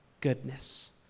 goodness